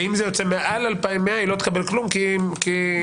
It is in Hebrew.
ואם זה יוצא מעל 2,100 היא לא תקבל כלום כי היא מסתדרת.